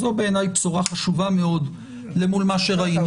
זו בעיניי בשורה חשובה מאוד למול מה שראינו.